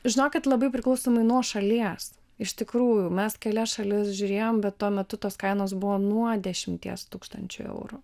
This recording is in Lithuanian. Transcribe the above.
žinokit labai priklausomai nuo šalies iš tikrųjų mes kelias šalis žiūrėjom bet tuo metu tos kainos buvo nuo dešimties tūkstančių eurų